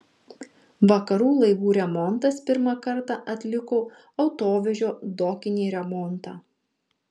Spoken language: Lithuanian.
vakarų laivų remontas pirmą kartą atliko autovežio dokinį remontą